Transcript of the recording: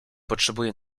potrzebuje